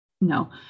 No